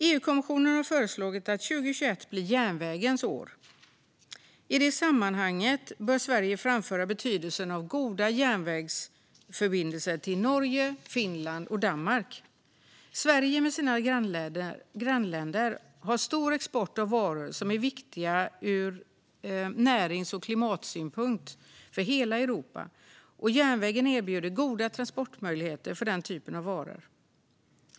EU-kommissionen har föreslagit att 2021 ska bli järnvägens år. I det sammanhanget bör Sverige framföra betydelsen av goda järnvägsförbindelser till Norge, Finland och Danmark. Sverige med sina grannländer har stor export av varor som är viktiga ur närings och klimatsynpunkt för hela Europa, och järnvägen erbjuder goda transportmöjligheter för den typen av varor.